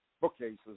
bookcases